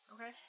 Okay